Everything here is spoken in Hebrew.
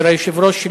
אומר היושב-ראש,